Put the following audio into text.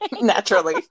naturally